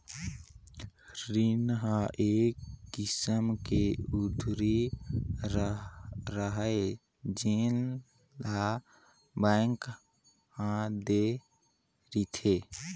रीन ह एक किसम के उधारी हरय जेन ल बेंक ह दे रिथे